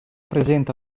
presenta